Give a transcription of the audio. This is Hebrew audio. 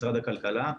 משרד הכלכלה,